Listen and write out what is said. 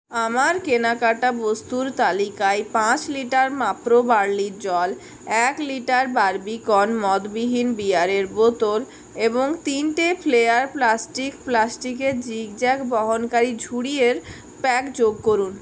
আমার কেনাকাটা বস্তুর তালিকায় পাঁচ লিটার মাপ্রো বার্লির জল এক লিটার বারবিকন মদবিহীন বিয়ারের বোতল এবং তিন ট্রে ফ্লেয়ার প্লাস্টিক প্লাস্টিকের জিগ জ্যাগ বহনকারী ঝুড়ির প্যাক যোগ করুন